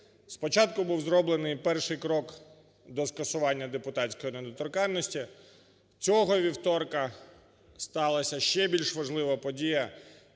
Спочатку був зроблений перший крок до скасування депутатської недоторканності. Цього вівторка сталася ще більш важлива подія: